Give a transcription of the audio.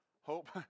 Hope